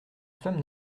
femme